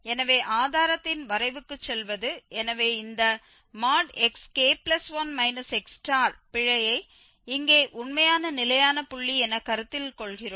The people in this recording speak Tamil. எனவே ஆதாரத்தின் வரைவுக்குச் செல்வது எனவே இந்த xk1 x பிழையை இங்கே உண்மையான நிலையான புள்ளி என கருத்தில் கொள்கிறோம்